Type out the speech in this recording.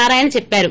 నారాయణ చెప్పారు